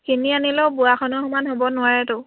কিনি আনিলেও বোৱাখনৰ সমান হ'ব নোৱাৰেতো